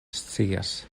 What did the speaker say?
scias